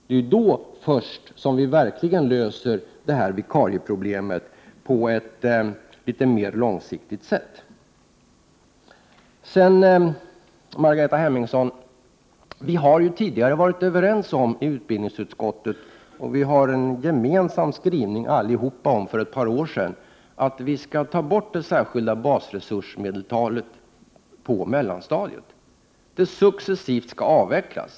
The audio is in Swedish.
Det är ju då först som vi verkligen kan lösa vikarieproblemet på lång sikt. Margareta Hemmingsson! Vi har tidigare varit överens om i utbildningsutskottet, och vi hade en gemensam skrivning för ett par år sedan, att vi skall ta bort det särskilda basresursmedeltalet på mellanstadiet. Det skulle successivt avvecklas.